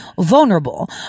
vulnerable